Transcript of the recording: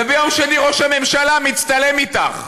וביום שני ראש הממשלה מצטלם איתך.